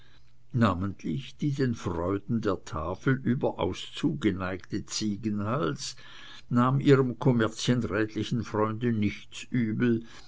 namentlich die den freuden der tafel überaus zugeneigte ziegenhals nahm ihrem kommerzienrätlichen freunde nichts übel